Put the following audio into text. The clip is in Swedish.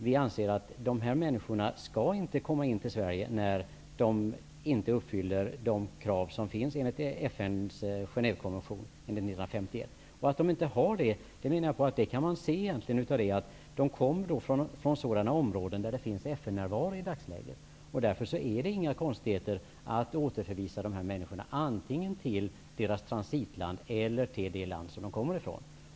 Vi anser att dessa människor inte skall komma in i Sverige om de inte uppfyller de krav som finns enligt FN:s Genèvekonvention från Man kan se att de inte uppfyller dessa krav av att de kommer från områden där det i dagsläget finns FN-närvaro. Därför är det inga konstigheter att återförvisa dessa människor antingen till tran sitlandet eller till det land som de kommer ifrån.